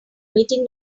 meeting